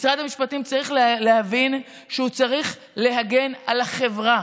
משרד המשפטים צריך להבין שהוא צריך להגן על החברה,